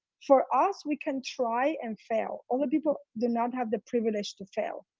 for us we can try and fail. other people do not have the privilege to fail.